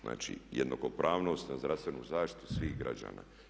Znači, jednakopravnost na zdravstvenu zaštitu svih građana.